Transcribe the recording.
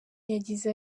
yagize